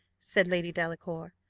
said lady delacour.